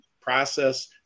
process